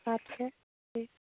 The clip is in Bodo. आतस' बिदि